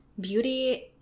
beauty